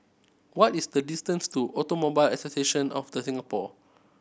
what is the distance to Automobile Association of The Singapore